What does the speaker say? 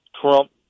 Trump